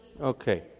Okay